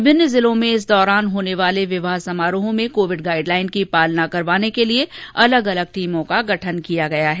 विभिन्न जिलों में इस दौरान होने वाले विवाह समारोहों में कोविड गाइड लाइन की पालना करवाने के लिए अलग अलग टीमों का गठन किया गया है